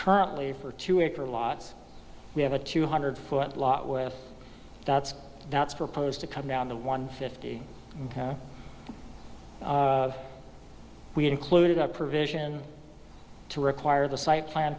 currently for two acre lot we have a two hundred foot lot with that's not supposed to come down the one fifty we included a provision to require the site plan